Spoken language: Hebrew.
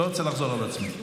אני לא רוצה לחזור על עצמי.